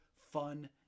fun